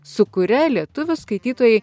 su kuria lietuvių skaitytojai